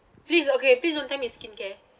please okay please don't tell me it's skincare